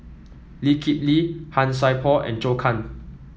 Lee Kip Lee Han Sai Por and Zhou Can